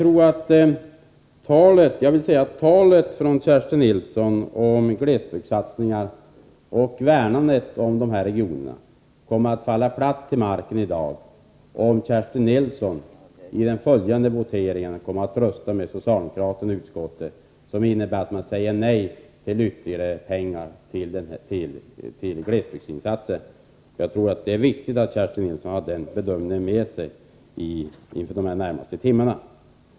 Kerstin Nilssons tal om glesbygdssatsningar och värnande om de nordliga regionerna kommer att falla platt till marken i dag, om hon i den följande voteringen röstar med socialdemokraterna i utskottet, vilket innebär nej till ytterligare pengar till glesbygdsinsatser. Jag tror att det är viktigt att Kerstin Nilsson har den bedömningen med sig de närmaste timmarna.